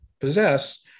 possess